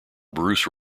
bruce